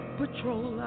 patrol